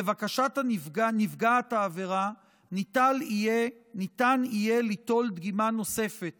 לבקשת נפגעת העבירה ניתן יהיה ליטול דגימה נוספת